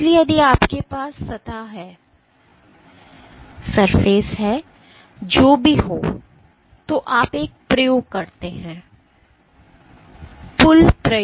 इसलिए यदि आपके पास सतह है जो भी हो तो आप एक प्रयोग करते हैं